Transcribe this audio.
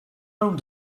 own